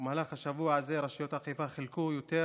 במהלך השבוע הזה רשויות האכיפה חילקו יותר